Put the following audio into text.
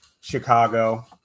Chicago